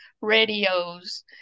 radios